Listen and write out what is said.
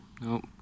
Nope